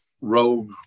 Rogue